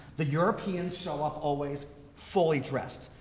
the europeans show up always fully dressed.